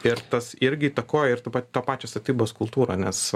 ir tas irgi įtakoja ir tu pat to pačios statybos kultūrą nes